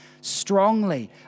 strongly